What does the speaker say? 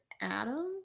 Adam